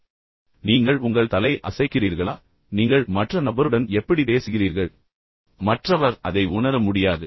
உங்கள் தலை அல்லது நீங்கள் உங்கள் தலையை அசைக்கிறீர்களா நீங்கள் மற்ற நபருடன் எப்படி பேசுகிறீர்கள் மற்றவர் அதை உணர முடியாது